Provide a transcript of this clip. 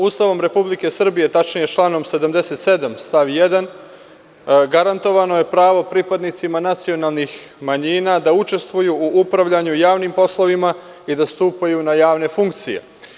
Ustavom Republike Srbije, tačnije članom 77. stav 1. garantovano je pravo pripadnicima nacionalnih manjina da učestvuju u upravljanju javnim poslovima i da stupaju na javne funkcije.